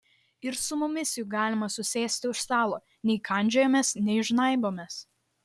ir su mumis juk galima susėsti už stalo nei kandžiojamės nei žnaibomės